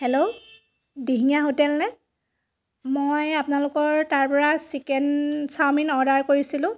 hello Dihingia hotel নে মই আপোনালোকৰ তাৰ পৰা চিকেন ছাউমিন অৰ্দাৰ কৰিছিলোঁ